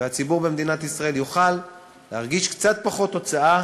והציבור במדינת ישראל יוכל להרגיש קצת פחות הוצאה